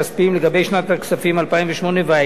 לגבי שנת הכספים 2008 ואילך,